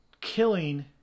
killing